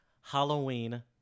halloween